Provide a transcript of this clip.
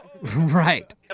right